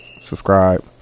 subscribe